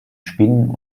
spinnen